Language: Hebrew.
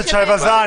עדר,